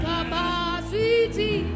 Capacity